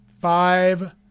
five